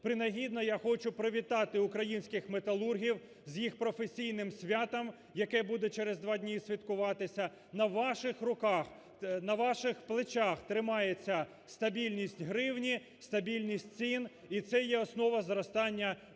Принагідно, я хочу привітати українських металургів з їх професійним святом, яке буде через два дні святкуватися. На ваших руках, на ваших плечах тримається стабільність гривні, стабільність цін і це є основа зростання